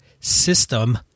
system